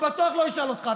אני בטוח לא אשאל אותך.